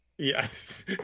Yes